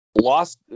lost